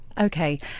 okay